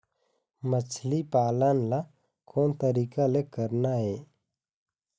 मछली पालन ला कोन तरीका ले करना ये?